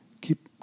keep